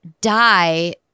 die